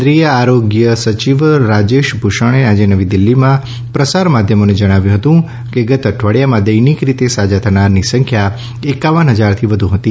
કેન્રિડ થ આરોગ સચિવ રાજેશ ભૂષણે આજે નવી દીલ્હીમાં પ્રસાર માધ્યમોને જણાવ્યું કે ગત અઠવાડિયામાં દૈનિક રીતે સાજા થનારની સંખ્યા એકાવન હજારથી વધુ હતી